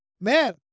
man